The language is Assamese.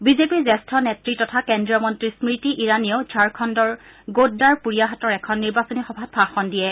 বিজেপিৰ জেষ্ঠ নেত্ৰী তথা কেন্দ্ৰীয় মন্নী স্মৃতি ইৰাণীয়েও ঝাৰখণ্ডৰ গোদ্দাৰ পুৰীয়াহাটৰ এখন নিৰ্বাচনী সভাত ভাষণ দিয়ে